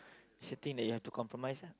she think that you have to compromise ah